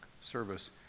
service